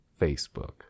Facebook